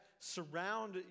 surround